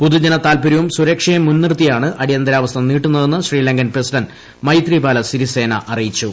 പൊതുജനതാല്പര്യവും സുരക്ഷയും മുൻനിർത്തിയാണ് അടിയന്തരാവസ്ഥ നീട്ടുതെന്ന് ശ്രീലങ്കൻ പ്രസിഡന്റ് മൈത്രിപാല സിരിസേന അറിയിച്ചു